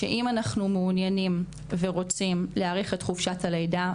שאם אנחנו מעוניינים ורוצים להאריך את חופשת הלידה,